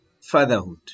fatherhood